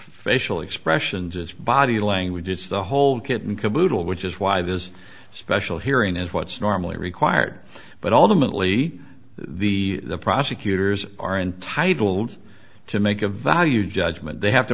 facial expressions it's body language it's the whole kit and caboodle which is why this special hearing is what's normally required but ultimately the prosecutors are entitled to make a value judgment they have to